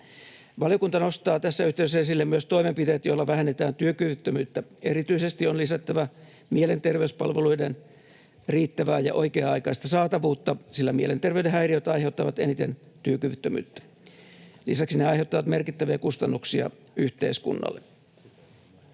Valiokunta nostaa tässä yhteydessä esille myös toimenpiteet, joilla vähennetään työkyvyttömyyttä. Erityisesti on lisättävä mielenterveyspalveluiden riittävää ja oikea-aikaista saatavuutta, sillä mielenterveyden häiriöt aiheuttavat eniten työkyvyttömyyttä. Lisäksi ne aiheuttavat merkittäviä kustannuksia yhteiskunnalle.